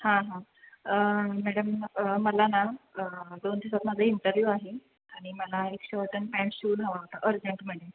हां हां मॅडम मला ना दोन दिवसांत माझा इंटरव्ह्यू आहे आणि मला शर्ट आणि पॅन्ट शिवून हवा होता अर्जंटमध्ये